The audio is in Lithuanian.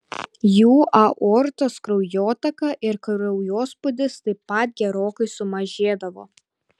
jų aortos kraujotaka ir kraujospūdis taip pat gerokai sumažėdavo